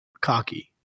cocky